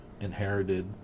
inherited